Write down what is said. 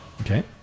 Okay